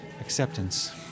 acceptance